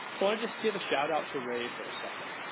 i want to just give a shoutout to ray for a second,